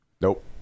nope